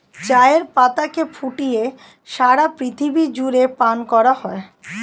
চায়ের পাতাকে ফুটিয়ে সারা পৃথিবী জুড়ে পান করা হয়